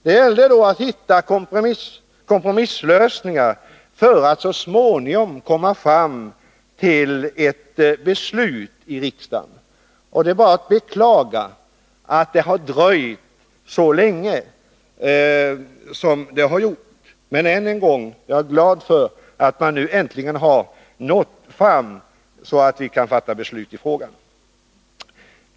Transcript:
Det gällde då att hitta kompromisslösningar för att man så småningom skulle kunna komma fram till ett beslut i riksdagen. Det är bara att beklaga att det har dröjt så länge som det har gjort. Jag vill dock än en gång framhålla att jag är glad för att frågan nu äntligen kommit så långt att ett beslut kan fattas.